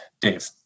Dave